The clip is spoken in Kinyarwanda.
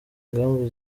ingamba